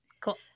cool